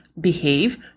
behave